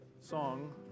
song